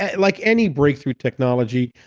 ah like any breakthrough technology,